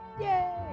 Yay